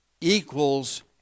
equals